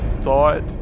thought